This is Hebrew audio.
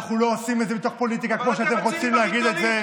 אנחנו לא עושים את זה מתוך פוליטיקה כמו שאתם רוצים להגיד את זה.